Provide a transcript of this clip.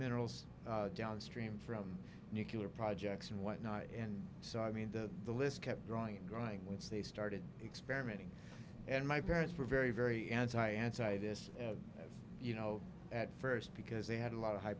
minerals downstream from nuclear projects and whatnot and so i mean that the list kept growing and growing which they started experimenting and my parents were very very anti anti this you know at first because they had a lot of high